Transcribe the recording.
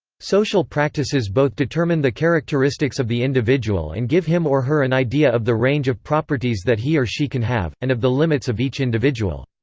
social practices both determine the characteristics of the individual and give him or her an idea of the range of properties that he or she can have, and of the limits of each individual.